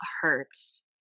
hurts